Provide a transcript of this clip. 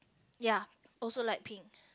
ya also light pink